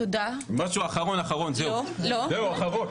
משהו אחרון אמרון, זהו, רק דקה.